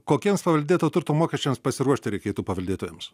kokiems paveldėto turto mokesčiams pasiruošti reikėtų paveldėtojams